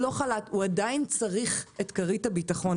אחת עוד נשארה בתוך בנק, ושתיים מבחוץ.